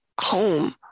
home